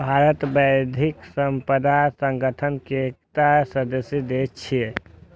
भारत बौद्धिक संपदा संगठन के एकटा सदस्य देश छियै